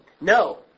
No